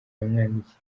yamwandikiye